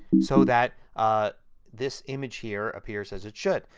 so that this image here appears as it should.